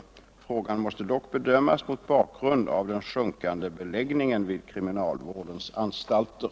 Frågan måste dock bedömas mot bakgrund av den sjunkande beläggningen vid kriminalvårdens anstalter.